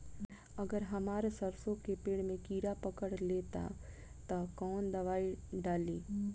अगर हमार सरसो के पेड़ में किड़ा पकड़ ले ता तऽ कवन दावा डालि?